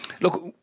look